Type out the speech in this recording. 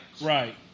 Right